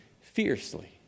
fiercely